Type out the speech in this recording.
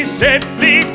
safely